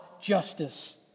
justice